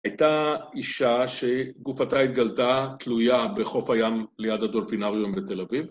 היתה אישה שגופתה התגלתה תלויה בחוף הים ליד הדולפינריום בתל אביב.